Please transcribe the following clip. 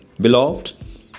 Beloved